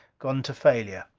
gone to failure.